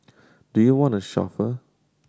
do you want a chauffeur